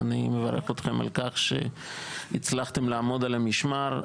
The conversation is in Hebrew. אני מברך אתכם על כך שהצלחתם לעמוד על המשמר.